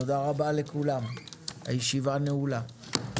תודה רבה, הישיבה נעולה.